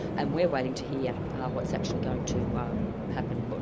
and we're waiting to hear what's actually going to but happen, but